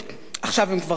עכשיו, הם כבר חייבים.